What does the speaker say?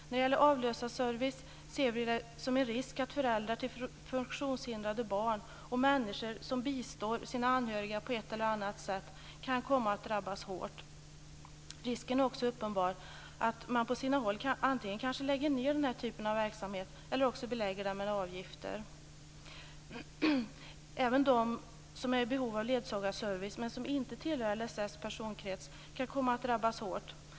När det gäller avlösarservice ser vi risken att föräldrar till funktionshindrade barn och människor som på ett eller annat sätt bistår sina anhöriga kan komma att drabbas hårt. Risken är också uppenbar att man på sina håll antingen lägger ned den här typen av verksamhet eller också belägger den med avgifter. Även de som är i behov av ledsagarservice men som inte tillhör LSS personkrets kan komma att drabbas hårt.